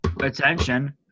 attention –